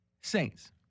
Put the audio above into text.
Saints